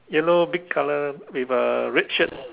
yellow big colour with a red shirt